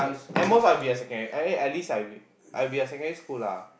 at most I'll be a secon~ eh at least I'll be a secondary school lah